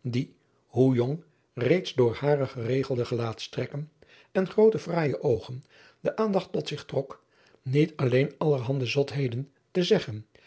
die hoe jong reeds door hare geregelde gelaatstrekken en groote fraaije oogen de aandacht tot zich trok niet alleen allerhande zotheden te zeggen